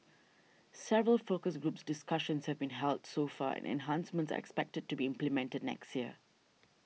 several focus groups discussions have been held so far and enhancements are expected to be implemented next year